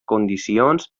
condicions